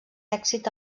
èxit